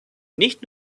nicht